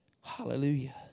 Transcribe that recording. Hallelujah